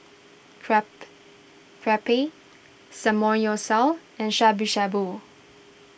Crap Crepe Samgeyopsal and Shabu Shabu